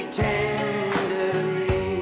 tenderly